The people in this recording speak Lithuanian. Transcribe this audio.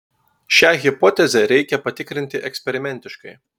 šią hipotezę reikia patikrinti eksperimentiškai